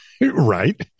Right